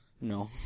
No